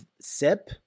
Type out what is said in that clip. SIP